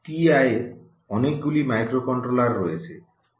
টিআইয়ের অনেকগুলি মাইক্রোকন্ট্রোলার রয়েছে